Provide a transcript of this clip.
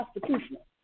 constitutional